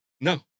No